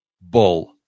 bull